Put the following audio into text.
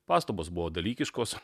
pastabos buvo dalykiškos